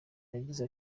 yagize